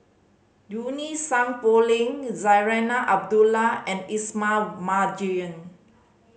Junie Sng Poh Leng Zarinah Abdullah and Ismail Marjan